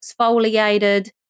exfoliated